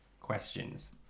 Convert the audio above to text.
questions